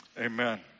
amen